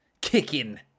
Kicking